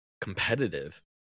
competitive